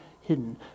hidden